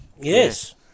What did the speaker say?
Yes